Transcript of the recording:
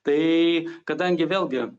tai kadangi vėlgi